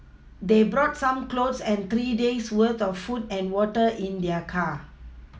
they brought some clothes and three days' worth of food and water in their car